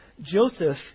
Joseph